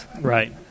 Right